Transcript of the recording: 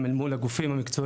גם אל מול הגופים המקצועיים,